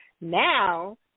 now